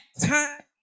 time